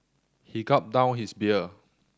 he gulped down his beer